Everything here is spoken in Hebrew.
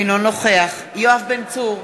אינו נוכח יואב בן צור,